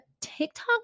TikTok